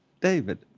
David